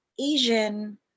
Asian